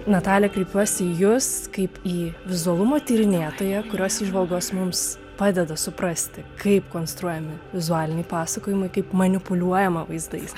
natalija kreipiuosi į jus kaip į vizualumo tyrinėtoją kurios įžvalgos mums padeda suprasti kaip konstruojami vizualiniai pasakojimai kaip manipuliuojama vaizdais